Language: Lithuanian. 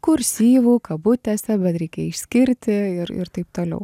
kursyvu kabutėse bet reikia išskirti ir ir taip toliau